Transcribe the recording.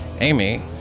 amy